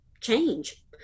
change